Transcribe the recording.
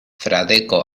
fradeko